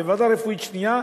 בוועדה רפואית שנייה,